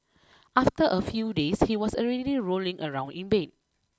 after a few days he was already rolling around in bed